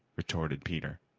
retorted peter.